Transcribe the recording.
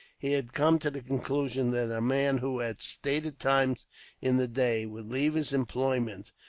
he had come to the conclusion that a man who, at stated times in the day, would leave his employment,